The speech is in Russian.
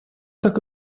так